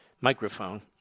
microphone